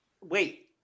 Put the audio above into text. wait